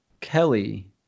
Kelly